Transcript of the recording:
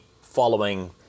following